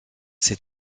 ses